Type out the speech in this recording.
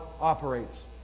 operates